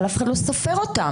אבל אף אחד לא סופר אותם.